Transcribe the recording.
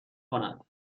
کند